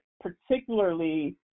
particularly